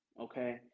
okay